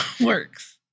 works